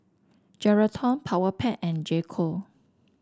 Geraldton Powerpac and J Co